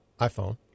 iPhone